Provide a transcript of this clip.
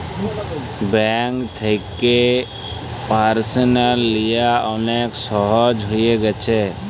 bank থ্যাকে personal লিয়া অলেক ছহজ হঁয়ে গ্যাছে